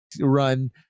run